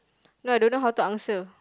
no I don't know how to answer